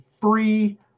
free